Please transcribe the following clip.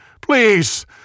Please